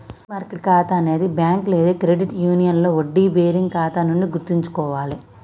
money market ఖాతా అనేది bank లేదా క్రెడిట్ యూనియన్లో వడ్డీ బేరింగ్ ఖాతా అని గుర్తుంచుకోవాలే